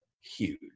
huge